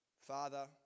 Father